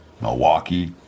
Milwaukee